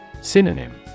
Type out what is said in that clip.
Synonym